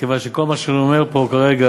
מכיוון שכל מה שאני אומר פה כרגע,